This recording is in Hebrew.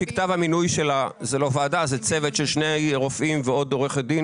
לפי כתב המינוי של צוות של שני רופאים ועוד עורך דין